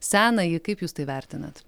senąjį kaip jūs tai vertinat